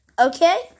Okay